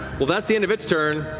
well, that's the end of its turn.